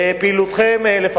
בפעילותכם בוועדה,